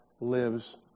lives